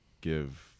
give